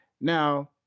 Now